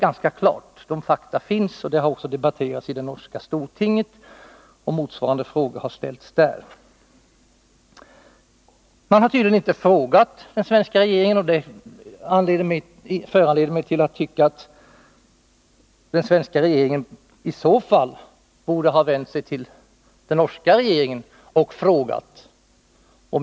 Detta är fakta. Saken har också debatterats i norska stortinget, där motsvarande frågor ställts. Man har tydligen inte frågat den svenska regeringen. Det föranleder mig att tycka att den svenska regeringen i så fall borde ha vänt sig till den norska regeringen i denna sak.